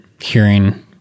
hearing